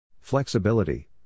Flexibility